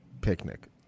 picnic